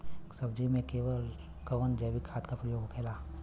सब्जी में कवन जैविक खाद का प्रयोग होखेला?